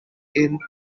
inn